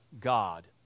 God